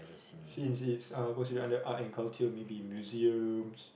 since it's uh considered under art and culture maybe museums